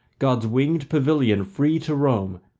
god's winged pavilion free to roam,